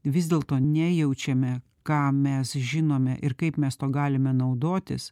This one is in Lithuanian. vis dėlto ne jaučiame ką mes žinome ir kaip mes tuo galime naudotis